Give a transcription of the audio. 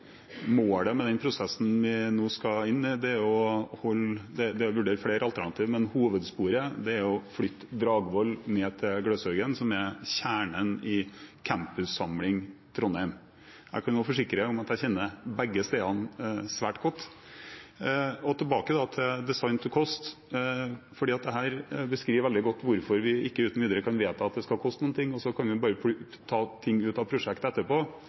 Målet med den prosessen vi nå skal inn i, er å vurdere flere alternativer, men hovedsporet er å flytte Dragvoll ned til Gløshaugen, som er kjernen i campussamlingen i Trondheim. Jeg kan også forsikre om at jeg kjenner begge stedene svært godt. Tilbake til «design-to-cost»: Dette beskriver veldig godt hvorfor vi ikke uten videre kan vedta at det skal koste noe og så bare ta ting ut av prosjektet etterpå.